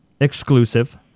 exclusive